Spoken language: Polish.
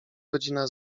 godzina